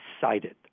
cited